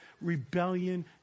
rebellion